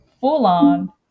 full-on